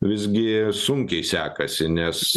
visgi sunkiai sekasi nes